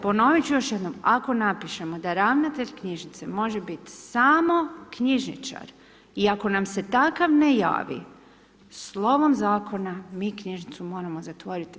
Ponovit ću još jednom, ako napišemo da ravnatelj knjižnice može biti samo knjižničar i ako nam se takav ne javi, slovom zakona mi knjižnicu moramo zatvoriti.